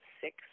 six